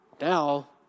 now